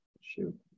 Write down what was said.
Shoot